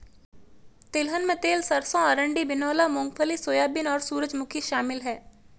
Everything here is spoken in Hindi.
तिलहन में तिल सरसों अरंडी बिनौला मूँगफली सोयाबीन और सूरजमुखी शामिल है